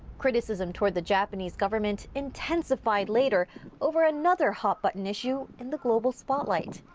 criticism toward the japanese government intensified later over another hot-button issue in the global spotlight,